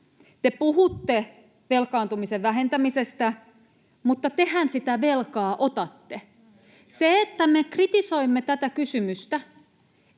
Te puhutte velkaantumisen vähentämisestä, mutta tehän sitä velkaa otatte. [Miko Bergbom: Ette tiedä, mistä